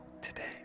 today